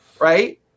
right